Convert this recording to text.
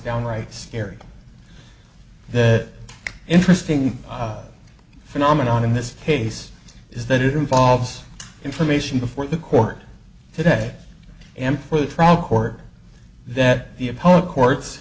downright scary that interesting phenomenon in this case is that it involves information before the court today and for the travel court that the a poet courts